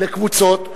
לקבוצות.